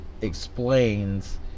explains